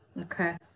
Okay